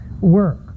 work